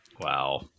Wow